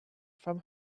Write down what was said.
from